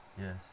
Yes